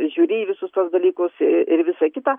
žiūri į visus tuos dalykus ir visa kita